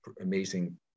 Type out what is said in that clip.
amazing